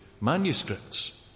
manuscripts